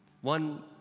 One